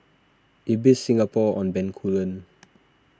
Ibis Singapore on Bencoolen